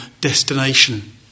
destination